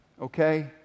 Okay